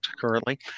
currently